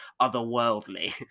otherworldly